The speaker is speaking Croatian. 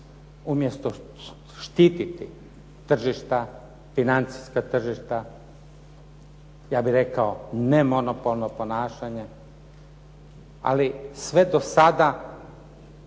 Umjesto štiti tržišta, financijska tržišta ja bih rekao nemonopolno ponašanje, ali sve do sada